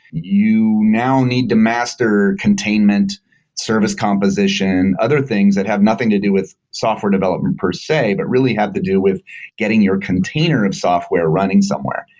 you now need to master containment service composition, other things that have nothing to do with software development per se, but really have to do with getting your container of software running somewhere.